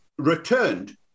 returned